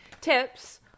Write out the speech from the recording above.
tips